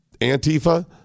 Antifa